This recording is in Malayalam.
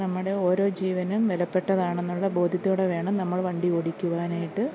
നമ്മുടെ ഓരോ ജീവനും വിലപ്പെട്ടതാണെന്നുള്ള ബോധ്യത്തോടെ വേണം നമ്മൾ വണ്ടി ഓടിക്കുവാനായിട്ട്